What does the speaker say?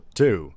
two